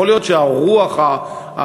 יכול להיות שהרוח הזאת,